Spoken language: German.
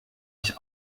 ich